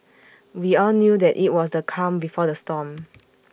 we all knew that IT was the calm before the storm